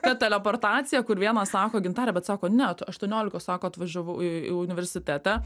ta teleportacija kur vienas sako gintare bet sako ne t aštuoniolikos sako atvažiavau į universitetą